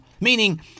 meaning